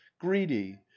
greedy